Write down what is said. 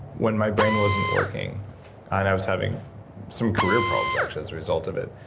when my brain wasn't working, and i was having some career problems actually as a result of it,